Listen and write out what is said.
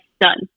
done